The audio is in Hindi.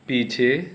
पीछे